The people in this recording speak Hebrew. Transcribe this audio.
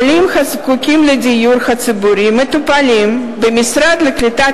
עולים הזקוקים לדיור ציבורי מטופלים במשרד לקליטת